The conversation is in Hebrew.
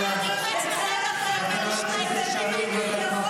אני קורא אותך לסדר פעם שנייה.